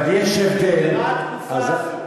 אבל יש הבדל, נגמרה התקופה הזאת.